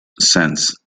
sense